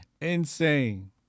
Insane